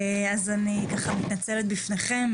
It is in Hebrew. אז אני ככה מתנצלת בפניכם,